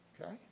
Okay